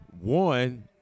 One